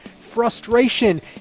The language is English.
frustration